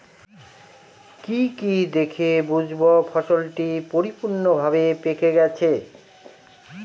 কি কি দেখে বুঝব ফসলটি পরিপূর্ণভাবে পেকে গেছে?